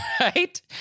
Right